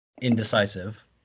indecisive